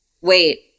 wait